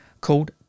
called